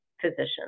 physicians